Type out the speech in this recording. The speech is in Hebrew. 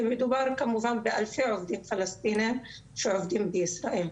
ומדובר כמובן באלפי עובדים פלסטינים שעובדים בישראל.